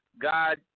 God